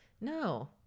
no